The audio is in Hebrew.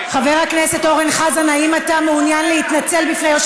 חיליק, חיליק, למה סתם?